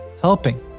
helping